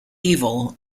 evil